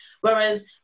Whereas